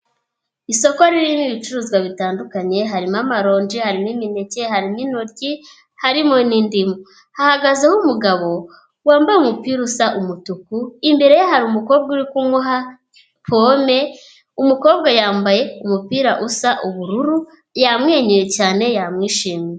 Isoko ririmo ibicuruzwa bitandukanye, harimo amaronji, harimo imineke, harimo intoryi, harimo n'indimu. Hahagazeho umugabo, wambaye umupira usa umutuku, imbere ye hari umukobwa uri kumuha pome, umukobwa yambaye umupira usa ubururu, yamwenyuye cyane yamwishimiye.